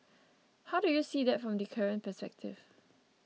how do you see that from the current perspective